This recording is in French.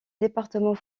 département